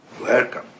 Welcome